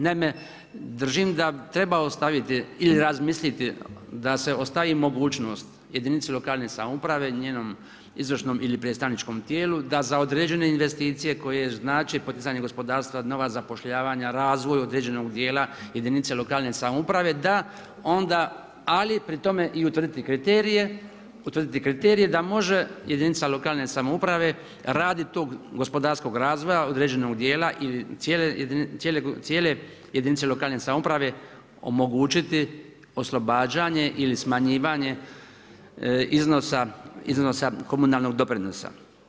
Naime, držim da treba ostaviti ili razmisliti da se ostavi mogućnost jedinici lokalne samouprave njenom izvršnom ili predstavničkom tijelu da za određene investicije koje znači poticajne gospodarstva, nova zapošljavanja, razvoj određenog djela jedinice lokalne samouprave, da onda ali i pri tome i utvrditi kriterije da može jedinica lokalne samouprave radi tog gospodarskog razvoja određenog djela ili cijele jedinice lokalne samouprave omogućiti oslobađanje ili smanjivanje iznosa komunalnog doprinosa.